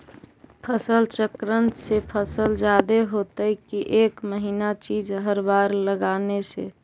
फसल चक्रन से फसल जादे होतै कि एक महिना चिज़ हर बार लगाने से?